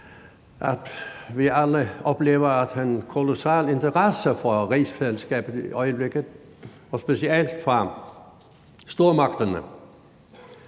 at vi alle oplever en kolossal interesse for rigsfællesskabet i øjeblikket og specielt fra stormagternes